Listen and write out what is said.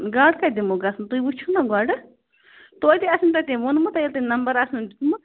گاٹہٕ کَتہِ دِمو گژھنہٕ تُہۍ وُِچھِو نا گۄڈٕ توٚتہِ آسوِٕ نا تٔمۍ ووٚنمُت ییٚلہِ تٔمۍ نمبر آسنو دیُتمُت